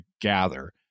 gather